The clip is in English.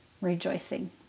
rejoicing